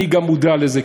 אני גם מודע לזה.